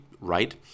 right